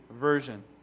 Version